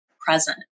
present